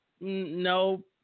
No